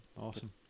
Awesome